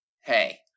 hey